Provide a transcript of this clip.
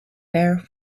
there